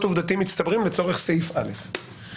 עובדתיים מצטברים לצורך סעיף (א).